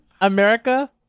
America